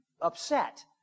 upset